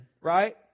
Right